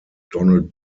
donald